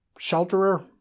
shelterer